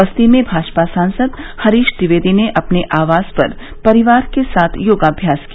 बस्ती में भाजपा सांसद हरीश द्विवेदी ने अपने आवास पर परिवार के साथ योगाभ्यास किया